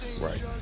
Right